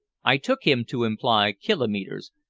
i took him to imply kilometres,